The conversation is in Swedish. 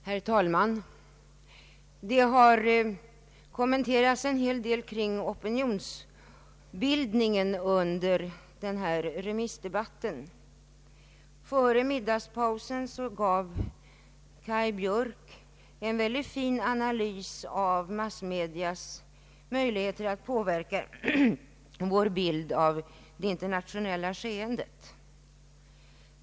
Herr talman! Opinionsbildningen har kommenterats en hel del under denna remissdebatt. Före middagspausen gav herr Kaj Björk sin analys av massmedias möjligheter att påverka vår bild av det internationella skeendet.